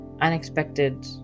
unexpected